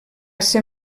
ser